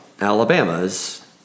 Alabamas